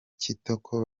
kitoko